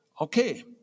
Okay